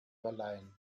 verleihen